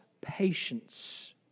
patience